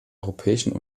europäischen